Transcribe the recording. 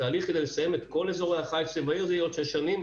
התהליך של סיום כל אזורי החיץ בעיר זה יוצא שנים,